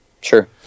Sure